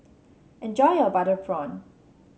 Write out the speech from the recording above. enjoy your Butter Prawn